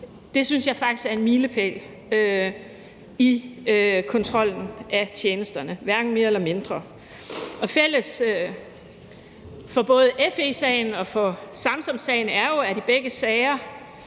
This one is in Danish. Det synes jeg faktisk er en milepæl i kontrollen af tjenesterne – hverken mere eller mindre. Fælles for både FE-sagen og Samsamsagen er, at vi jo i begge sager